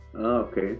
okay